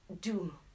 doom